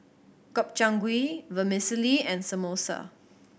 Gobchang Gui Vermicelli and Samosa